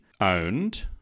owned